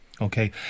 Okay